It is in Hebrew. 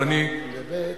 כאן בבית-הספר,